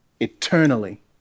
eternally